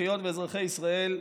אזרחיות ואזרחי ישראל,